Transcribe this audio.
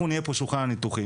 אנחנו נהיה פה שולחן הניתוחים,